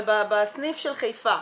אבל בסניף של חיפה,